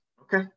Okay